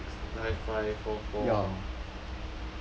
six six nine five four four